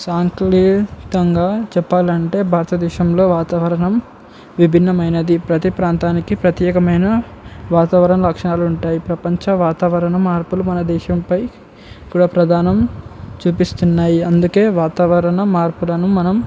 సంక్లిష్టంగా చెప్పాలంటే భారతదేశంలో వాతావరణం విభిన్నమైనది ప్రతీ ప్రాంతానికి ప్రత్యేకమైన వాతావరణ లక్షణాలు ఉంటాయి ప్రపంచ వాతావరణ మార్పులు మన దేశంపై కూడా ప్రధానం చూపిస్తున్నాయి అందుకే వాతావరణ మార్పులను మనం